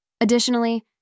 Additionally